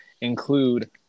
include